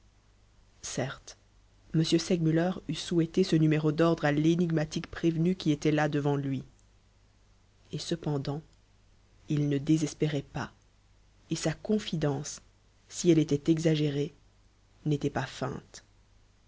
certes m segmuller eût souhaité ce numéro d'ordre à l'énigmatique prévenu qui était là devant lui et cependant il ne désespérait pas et sa confidence si elle était exagérée n'était pas feinte